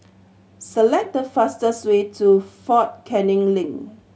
select the fastest way to Fort Canning Link